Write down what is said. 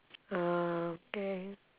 ah okay